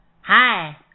Hi